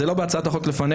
זה לא בהצעת החוק לפנינו.